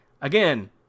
Again